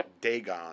Dagon